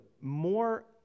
more